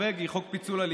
פה אחד תוסיף לו,